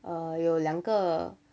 err 有两个